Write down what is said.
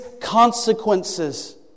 consequences